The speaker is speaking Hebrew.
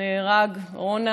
רונה